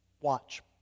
watch